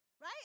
right